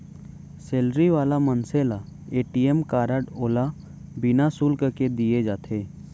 salary वाला मनसे ल ए.टी.एम कारड ओला बिना सुल्क के दिये जाथे